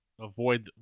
avoid